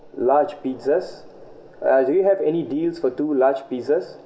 large pizzas uh do you have any deals for two large pizzas